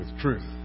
truth